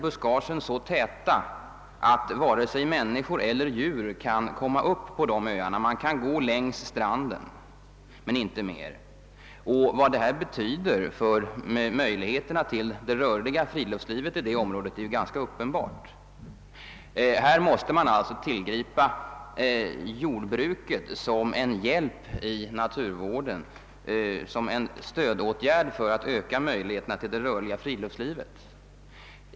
Buskagen blir så täta, att varken människor eller djur kan komma upp på öarna — man kan gå längs stranden men inte komma längre in på dem. Vad detta betyder för det rörliga friluftslivets möjligheter i detta område är ganska uppenbart. Jordbruket måste här användas som ett hjälpmedel i naturvården och för att öka möjligheterna till ett rörligt friluftsliv.